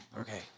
okay